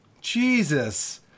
Jesus